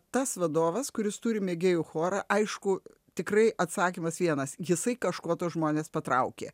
tas vadovas kuris turi mėgėjų chorą aišku tikrai atsakymas vienas jisai kažko tuos žmones patraukė